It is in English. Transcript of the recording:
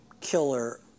killer